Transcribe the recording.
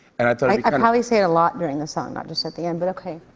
and i thought i probably say it a lot during the song, not just at the end, but okay.